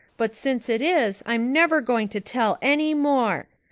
but since it is i'm never going to tell any more.